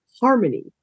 harmony